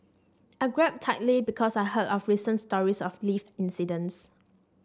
I grabbed tightly because I heard of recent stories of lift incidents